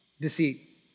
deceit